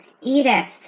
Edith